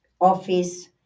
office